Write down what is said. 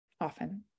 often